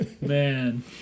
Man